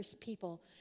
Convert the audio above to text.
people